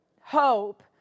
hope